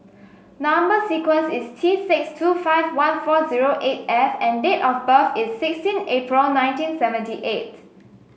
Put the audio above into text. number sequence is T six two five one four zero eight F and date of birth is sixteen April nineteen seventy eight